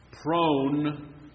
Prone